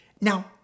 Now